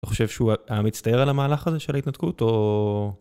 אתה חושב שהוא היה מצטער על המהלך הזה של ההתנתקות או...